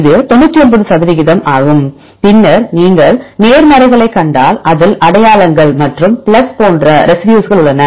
இது 99 சதவிகிதம் ஆகும் பின்னர் நீங்கள் நேர்மறைகளைக் கண்டால் அதில் அடையாளங்கள் மற்றும் பிளஸ் போன்ற ரெசிடியூஸ்கள் உள்ளன